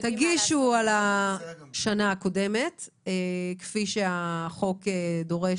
תגישו על השנה הקודמת כפי שהחוק דורש